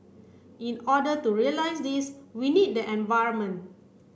in order to realise this we need the environment